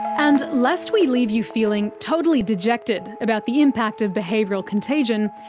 and lest we leave you feeling totally dejected about the impact of behavioural contagion,